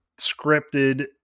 scripted